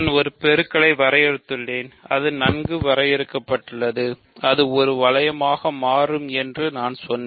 நான் ஒரு பெருக்கலை வரையறுத்துள்ளேன் அது நன்கு வரையறுக்கப்பட்டுள்ளது அது ஒரு வளையமாக மாறும் என்று நான் சொன்னேன்